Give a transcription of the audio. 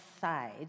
side